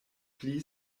pli